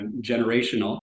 generational